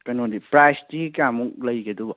ꯀꯩꯅꯣꯗꯤ ꯄ꯭ꯔꯥꯏꯁꯇꯤ ꯀꯌꯥꯃꯨꯛ ꯂꯩꯒꯦ ꯑꯗꯨꯕꯣ